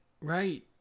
Right